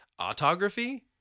Autography